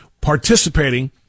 participating